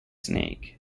snake